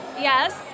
Yes